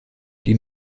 die